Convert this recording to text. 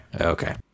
Okay